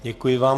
Děkuji vám.